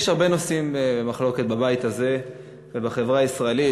יש הרבה נושאים במחלוקת בבית הזה ובחברה הישראלית,